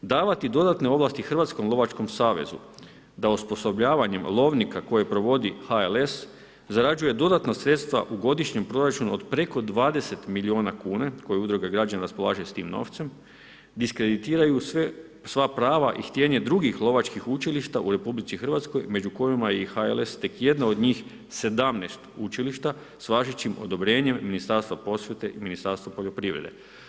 Davati dodatne ovlasti Hrvatskom lovačkom savezu da osposobljavanjem lovnika koje provod HLS zarađuje dodatna sredstva u godišnjem proračunu od preko 20 miliona kuna koje udruga građana raspolaže s tim novcem, diskreditiraju sva prava i htjenje drugih lovačkih učilišta u RH među kojima je i HLS tek jedna od njih 17 učilišta s važećim odobrenjem Ministarstva prosvjete i Ministarstva poljoprivrede.